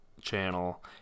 channel